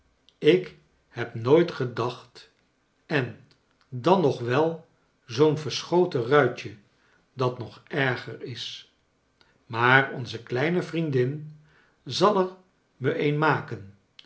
ik heb nooit gedacht en dan nog wel zoo'n verschoten ruitje dat nog erger i s maar onz e kl eine vr iendin zal er me een maken